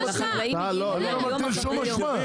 אני לא מטיל שום אשמה.